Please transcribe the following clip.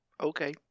Okay